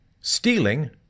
stealing